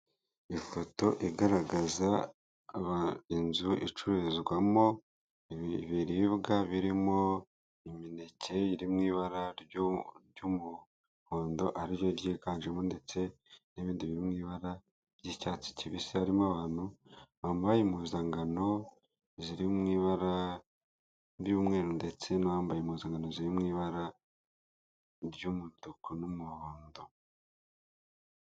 Ifoto igaragaza inzu icururizwamo ibiribwa, birimo imineke iri mu ibara ry'umuhondo ariryo ryiiganjemo, ndetse n'ibindi bi mu ibara ry'icyatsi kibisi, harimo abantu bambaye impuzankano ziri mu ibara ry'umweru ndetse n'uwambaye impuzankano ziri mu ibara ry'umutuku n'umuhondo.